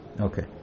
Okay